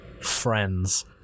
friends